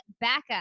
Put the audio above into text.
backup